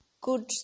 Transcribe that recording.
good